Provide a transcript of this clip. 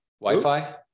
Wi-Fi